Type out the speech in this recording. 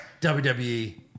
WWE